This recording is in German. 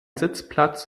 sitzplatz